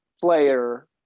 player